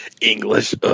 English